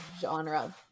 genre